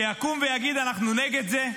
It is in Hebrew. שיקום ויגיד: אנחנו נגד זה,